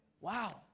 Wow